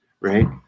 right